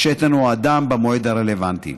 השתן או הדם במועד הרלוונטי.